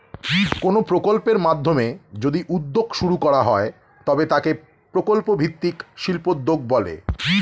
কোনো প্রকল্পের মাধ্যমে যদি উদ্যোগ শুরু করা হয় তবে তাকে প্রকল্প ভিত্তিক শিল্পোদ্যোগ বলে